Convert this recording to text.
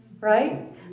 right